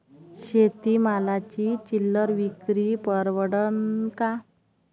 शेती मालाची चिल्लर विक्री परवडन का?